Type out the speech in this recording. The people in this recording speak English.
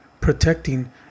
protecting